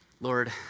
Lord